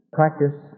practice